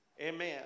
Amen